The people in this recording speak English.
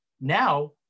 now